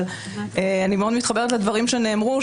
אני מאוד מתחברת לדברים שנאמרו,